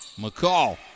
McCall